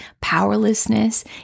powerlessness